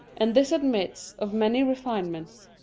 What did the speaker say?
and this admits of many refinements.